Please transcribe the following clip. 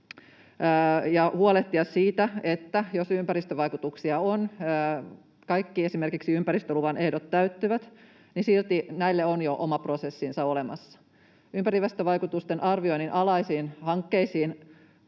ja huolehtia siitä, että jos ympäristövaikutuksia on, esimerkiksi kaikki ympäristöluvan ehdot täyttyvät, niin silti näille on jo oma prosessinsa olemassa. Ympäristövaikutusten arvioinnin alaisiin hankkeisiin